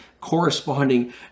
corresponding